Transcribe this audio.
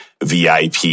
VIP